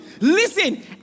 Listen